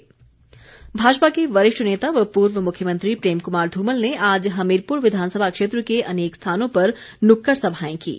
धुमल भाजपा के वरिष्ठ नेता व पूर्व मुख्यमंत्री प्रेम कुमार धूमल ने आज हमीरपुर विधानसभा क्षेत्र के अनेक स्थानों पर नुक्कड़ सभाएं कीं